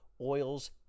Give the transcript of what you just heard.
oils